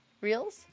Reels